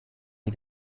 die